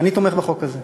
אני תומך בחוק הזה,